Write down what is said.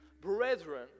brethren